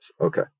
Okay